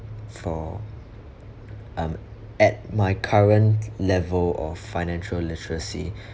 for um at my current level of financial literacy